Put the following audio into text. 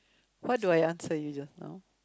what do I answer you just now